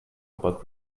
but